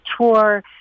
tour